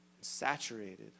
saturated